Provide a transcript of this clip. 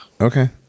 Okay